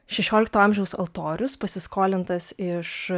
šešiolikto amžiaus altorius pasiskolintas iš